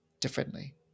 differently